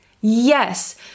Yes